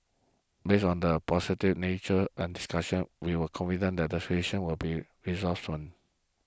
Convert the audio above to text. based on the positive nature and discussions we are confident that this situation will be resolved soon